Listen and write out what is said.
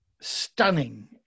stunning